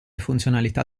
funzionalità